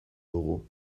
dugu